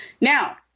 now